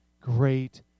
great